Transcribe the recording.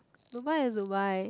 Dubai is Dubai